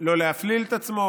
לא להפליל את עצמו,